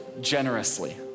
generously